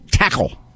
Tackle